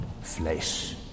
flesh